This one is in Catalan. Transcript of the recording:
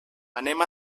anem